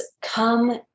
come